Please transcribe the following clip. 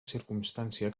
circumstància